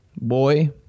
boy